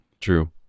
true